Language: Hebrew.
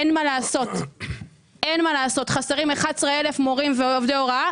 אין מה לעשות חסרים 11,000 מורים ועובדי הוראה,